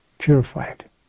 Purified